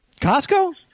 Costco